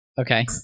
okay